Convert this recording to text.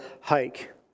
hike